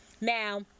now